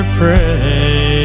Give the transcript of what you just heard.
pray